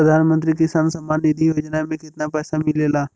प्रधान मंत्री किसान सम्मान निधि योजना में कितना पैसा मिलेला?